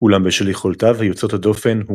- אולם בשל יכולותיו יוצאות הדופן הוא